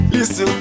Listen